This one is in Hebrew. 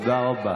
תודה.